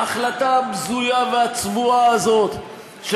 ההחלטה הבזויה והצבועה הזאת,